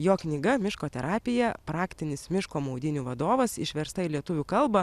jo knyga miško terapija praktinis miško maudynių vadovas išversta į lietuvių kalbą